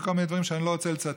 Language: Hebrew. וכל מיני דברים שאני לא רוצה לצטט.